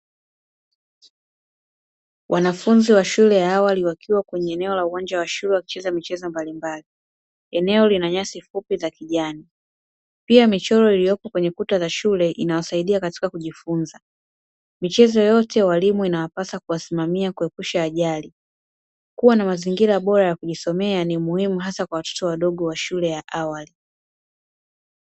Wanafunzi wa shule ya awali wakiwa kwenye eneo la uwanja wa shule wakicheza michezo mbalimbali. Eneo lina nyasi fupi za kijani, pia michoro iliyopo kwenye kuta za shule inawasaidia katika kujifunza. Michezo yote, walimu inawapasa kuwasimamia ili kuepusha ajali. Kuwa na mazingira bora ya kujisomea ni muhimu hasa kwa watoto wadogo wa shule ya awali.